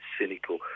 cynical